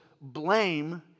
blame